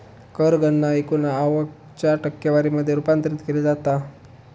कर गणना एकूण आवक च्या टक्केवारी मध्ये रूपांतरित केली जाता